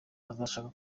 uzashaka